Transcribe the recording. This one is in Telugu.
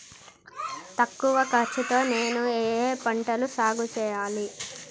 తక్కువ ఖర్చు తో నేను ఏ ఏ పంటలు సాగుచేయాలి?